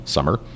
Summer